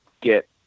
get